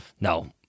No